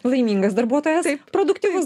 laimingas darbuotojas produktyvus